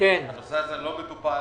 הנושא הזה לא מטופל.